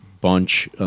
bunch—